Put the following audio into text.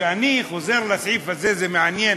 וכשאני חוזר לסעיף הזה, זה מעניין,